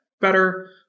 better